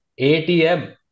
ATM